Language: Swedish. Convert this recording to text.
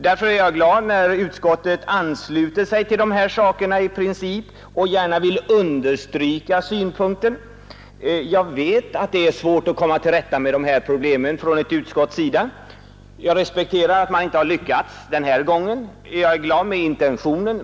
Därför är det glädjande när utskottet ansluter sig till dessa synpunkter i princip och gärna vill understryka dem. Jag vet att det är svårt för utskottet att komma till rätta med problemen. Jag respekterar att man inte har lyckats den här gången, och jag är glad för intentionen.